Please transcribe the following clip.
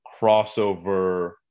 crossover